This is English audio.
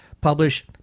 publish